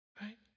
Right